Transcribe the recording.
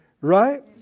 right